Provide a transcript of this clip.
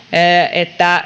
että